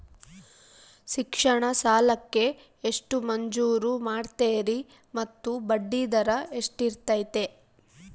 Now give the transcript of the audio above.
ಶಿಕ್ಷಣ ಸಾಲಕ್ಕೆ ಎಷ್ಟು ಮಂಜೂರು ಮಾಡ್ತೇರಿ ಮತ್ತು ಬಡ್ಡಿದರ ಎಷ್ಟಿರ್ತೈತೆ?